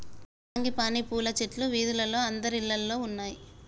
frangipani పూల చెట్లు వీధిలో అందరిల్లల్లో ఉన్నాయి